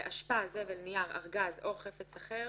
ואשפה, זבל, נייר, ארגז או חפץ אחר